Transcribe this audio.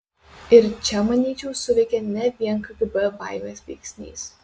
ir čia manyčiau suveikė ne vien kgb baimės veiksnys